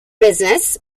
business